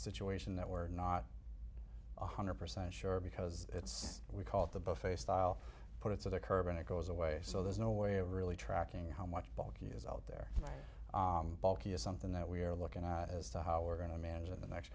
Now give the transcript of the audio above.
situation that we're not one hundred percent sure because it's we call it the buffet style put it to the curb and it goes away so there's no way of really tracking how much bulky is out there bulky is something that we're looking at as to how we're going to manage in the next